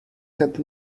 had